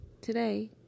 Today